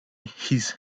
his